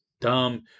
dumb